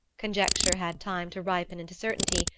conjecture had time to ripen into certainty,